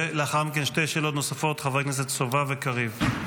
ולאחר מכן שתי שאלות נוספות לחברי הכנסת סובה וקריב.